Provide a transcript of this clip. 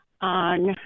on